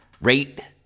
Rate